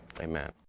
Amen